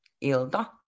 Ilda